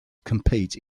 compete